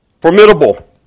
formidable